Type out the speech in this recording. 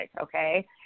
okay